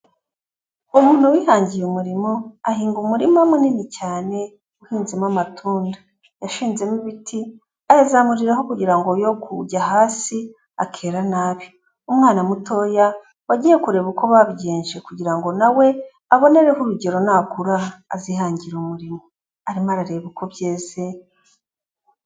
Umuntu wihangiye umurimo, ahinga umurima munini cyane uhinzemo amatunda, yashinzemo ibiti azamuriraho kugira ngo wu kujya hasi akera nabi, umwana mutoya wagiye kureba uko babigenje kugira ngo nawe, abonereho urugero nakura azihangira umurimo, arimo arareba uko byeze.